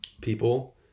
people